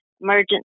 emergency